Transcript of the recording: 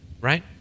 Right